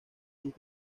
sus